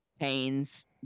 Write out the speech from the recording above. pains